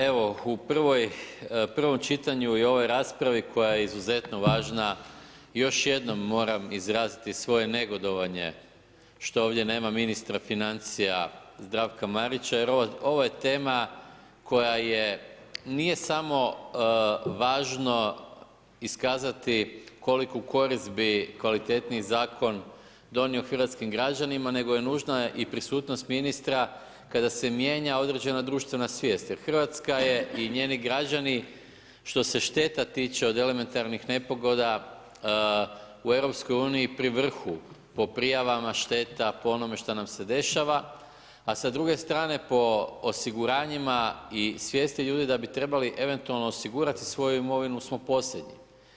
Evo, u prvom čitanju i ovoj raspravi koja je izuzetno važna, još jednom moram izraziti svoje negodovanje što ovdje nema ministra financija Zdravka Marića jer ovo je tema koja je, nije samo važno iskazati koliku korist bi kvalitetniji zakon donio hrvatskim građanima nego nužna je i prisutnost ministra kada se mijenja određena društvena svijest jer Hrvatska je, i njeni građani što se šteta tiče od elementarnih nepogoda u EU-u pri vrhu po prijavama šteta, po onome šta nam se dešava a sa druge strane po osiguranjima i svijesti ljudi da bi trebali eventualno osigurati svoju imovinu u svom posjedu.